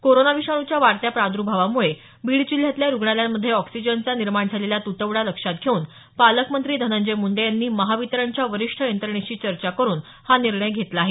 corona विषाणूच्या वाढत्या प्रादर्भावामुळे बीड जिल्ह्यातल्या रुग्णालयांमध्ये ऑक्सिजनचा निर्माण झालेला तुटवडा लक्षात घेऊन पालकमंत्री धनंजय मुंडे यांनी महावितरणच्या वरिष्ठ यंत्रणेशी चर्चा करून हा निर्णय घेतला आहे